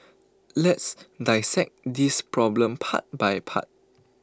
let's dissect this problem part by part